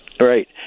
Right